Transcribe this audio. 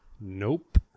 Nope